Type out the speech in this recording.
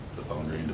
the foundry